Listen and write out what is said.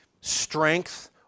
strength